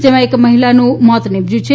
જેમાં એક મહિલાનું મોત નિપજયું છે